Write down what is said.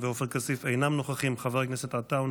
וכפי שהעולם התאחד כדי להביס את הנאצים ואת דאעש,